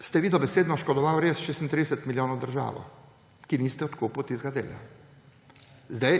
ste vi dobesedno oškodovali res za 36 milijonov državo, ker niste odkupili tistega dela.